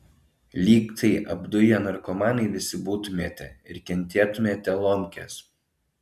lyg tai apduję narkomanai visi būtumėte ir kentėtumėte lomkes